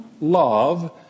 love